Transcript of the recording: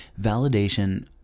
Validation